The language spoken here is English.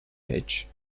edge